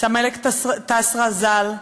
סלמלק טסרה ז"ל,